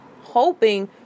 hoping